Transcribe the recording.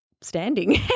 standing